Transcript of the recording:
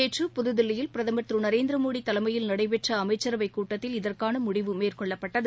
நேற்று புதுதில்லியில் பிரதமர் திரு நரேந்திர மோடி தலைமையில் நடைபெற்ற அமைச்சரவைக் கூட்டத்தில் இதற்கான முடிவு மேற்கொள்ளப்பட்டது